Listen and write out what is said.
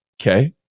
Okay